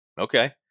Okay